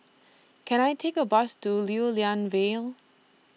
Can I Take A Bus to Lew Lian Vale